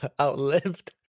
outlived